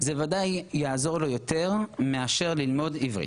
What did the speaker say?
זה וודאי יעזור לו יותר מאשר ללמוד עברית.